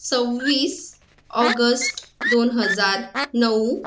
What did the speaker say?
सव्वीस ऑगस्ट दोन हजार नऊ